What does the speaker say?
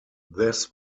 this